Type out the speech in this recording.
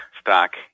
stock